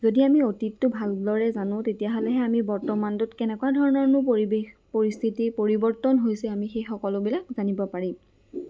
যদি আমি অতীতটো ভালদৰে জানো তেতিয়াহ'লেহে আমি বৰ্তমানটোত কেনেকুৱা ধৰণৰনো পৰিৱেশ পৰিস্থিতি পৰিৱৰ্তন হৈছে আমি সেই সকলোবিলাক জানিব পাৰিম